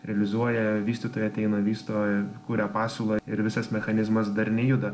realizuoja vystytojai ateina vysto kuria pasiūlą ir visas mechanizmas darniai juda